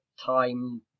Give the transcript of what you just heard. time